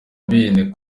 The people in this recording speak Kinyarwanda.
bene